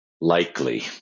likely